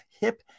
hip